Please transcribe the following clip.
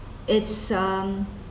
it's um